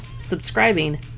subscribing